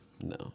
No